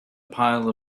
pile